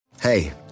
Hey